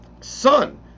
Son